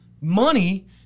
money